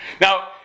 now